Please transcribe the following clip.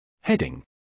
Heading